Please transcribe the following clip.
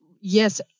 Yes